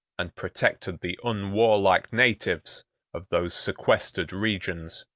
and protected the un-warlike natives of those sequestered regions.